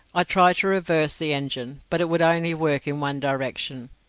i tried to reverse the engine, but it would only work in one direction.